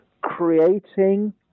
creating